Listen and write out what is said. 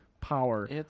power